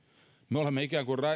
me olemme ikään kuin